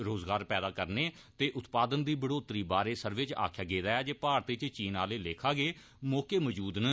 रोजगार पैदा करने ते उत्पादन दी बढ़ोतरी बारै सर्वे च आक्खेया गेदा ऐ जे भारत च चीन आला लेखा गै मौके मौजूद न